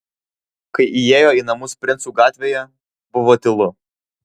kai įėjo į namus princų gatvėje buvo tylu